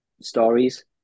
stories